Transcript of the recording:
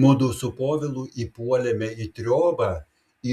mudu su povilu įpuolėme į triobą